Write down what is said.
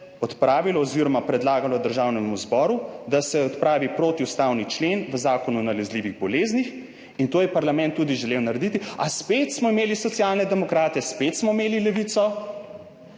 odpravilo oziroma predlagalo Državnemu zboru, da se odpravi protiustavni člen v Zakonu o nalezljivih boleznih, in to je parlament tudi želel narediti – a spet smo imeli Socialne demokrate, spet smo imeli Levico.